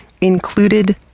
included